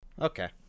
Okay